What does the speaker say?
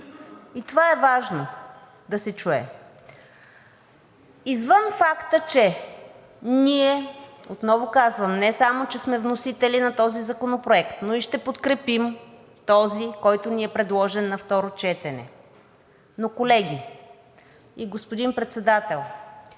Това е важно да се чуе. Извън факта, че ние, отново казвам, не само че сме вносители на този законопроект, но и ще подкрепим този, който ни е предложен на второ четене. Колеги, господин Председател,